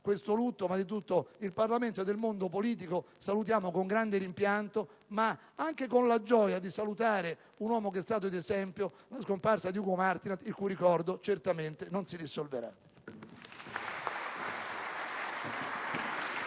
questo lutto, ma a nome di tutto il Parlamento e di tutto il mondo politico, salutiamo con grande rimpianto (ma anche con la gioia di salutare un uomo che è stato un esempio) la scomparsa di Ugo Martinat, il cui ricordo certamente non si dissolverà.